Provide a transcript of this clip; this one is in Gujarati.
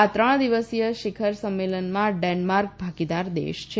આ ત્રણ દિવસીય શિખર સંમેલનમાં ડેન્માર્ક ભાગીદાર દેશ છે